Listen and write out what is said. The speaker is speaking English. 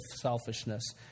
selfishness